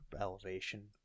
elevation